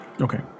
Okay